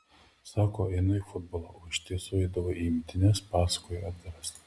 sako einu į futbolą o iš tiesų eidavo į imtynes pasakojo edgaras